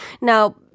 Now